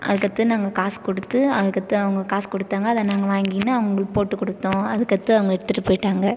அதுக்கடுத்து நாங்கள் காசு கொடுத்து அதுக்கடுத்து அவங்க காசு கொடுத்தாங்க அதை நாங்கள் வாங்கினு அவங்களுக்கு போட்டு கொடுத்தோம் அதுக்கடுத்து அவங்க எடுத்துகிட்டு போயிட்டாங்க